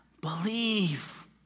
believe